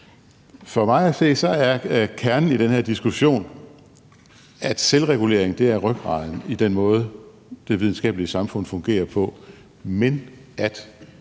For mig at se er kernen i den her diskussion, at selvregulering er rygraden i den måde, det videnskabelige samfund fungerer på,